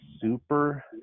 super